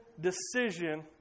decision